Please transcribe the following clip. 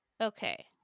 Okay